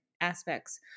aspects